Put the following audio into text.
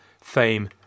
fame